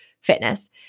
Fitness